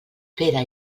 pere